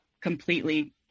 completely